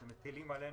אתם מטילים עלינו